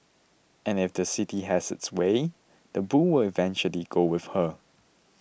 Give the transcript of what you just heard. and if the city has its way the bull will eventually go with her